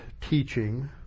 teaching